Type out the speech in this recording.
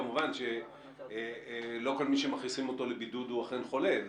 כמובן שלא כל מי שמכניסים אותו לבידוד הוא אכן חולה.